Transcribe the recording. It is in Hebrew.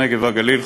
הנגב והגליל,